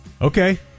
Okay